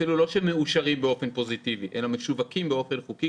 אפילו לא שמאושרים באופן פוזיטיבי אלא משווקים באופן חוקי,